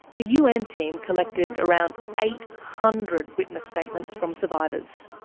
the u n team collected around eight hundred witness statements from survivors.